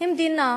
היא מדינה